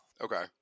Okay